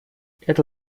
это